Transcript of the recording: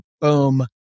boom